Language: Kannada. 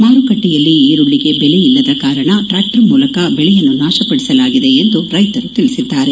ಮಾರುಕಟ್ಟೆಯಲ್ಲಿ ಈರುಳ್ಳಿಗೆ ಬೆಲೆ ಇಲ್ಲದ ಕಾರಣ ಟ್ರಾಕ್ಷರ್ ಮೂಲಕ ಬೆಳೆಯನ್ನು ನಾಶಪಡಿಸಲಾಗಿದೆ ಎಂದು ರೈತರು ತಿಳಿಸಿದ್ದಾರೆ